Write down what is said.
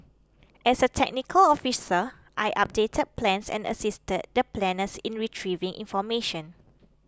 as a technical officer I updated plans and assisted the planners in retrieving information